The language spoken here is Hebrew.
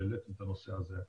שהעליתם את הנושא הזה,